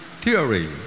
theory